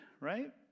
Right